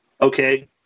Okay